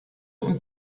und